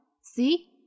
See